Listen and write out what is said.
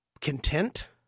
content